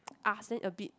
ask then a bit